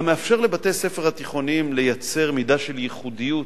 וגם מאפשר לבתי-הספר התיכוניים לייצר מידה של ייחודיות